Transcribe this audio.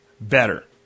better